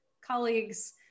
colleagues